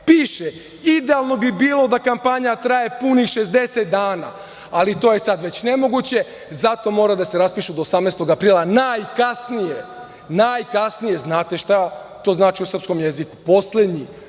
„Idealno bi bilo da kampanja traje punih 60 dana, ali to je sad već nemoguće zato mora da se raspišu do 18. aprila najkasnije.“ Znate šta to znači u srpskom jeziku, poslednji